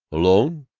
alone?